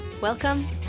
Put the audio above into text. Welcome